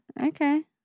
Okay